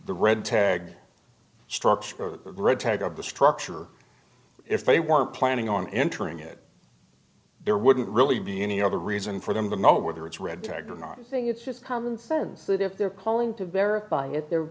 the red tag structure of the structure if they weren't planning on entering it there wouldn't really be any other reason for them to know whether it's red tag or not thing it's just common sense that if they're calling to verify it they're